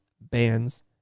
bands